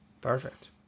Perfect